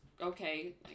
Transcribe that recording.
Okay